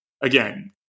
again